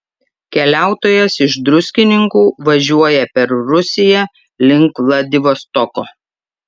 keliautojas iš druskininkų važiuoja per rusiją link vladivostoko